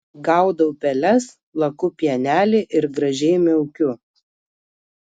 gaudau peles laku pienelį ir gražiai miaukiu